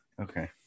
Okay